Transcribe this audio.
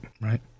right